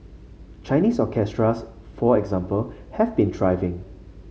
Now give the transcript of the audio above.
Chinese orchestras for example have been thriving